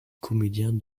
comédien